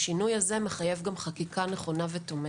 השינוי הזה מחייב גם חקיקה נכונה ותומכת.